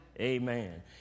Amen